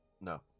No